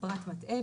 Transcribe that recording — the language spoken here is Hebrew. פרט מטעה,